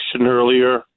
earlier